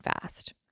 fast